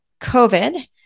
COVID